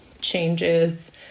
changes